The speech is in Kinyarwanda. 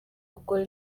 gukora